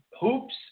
hoops